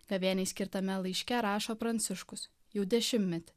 gavėniai skirtame laiške rašo pranciškus jau dešimtmetį